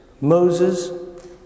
Moses